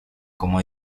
como